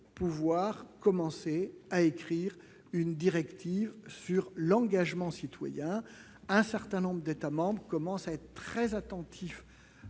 l'on commence à élaborer une directive sur l'engagement citoyen. Un certain nombre d'États membres sont très attentifs